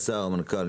המנכ"ל,